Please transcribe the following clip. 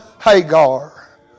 Hagar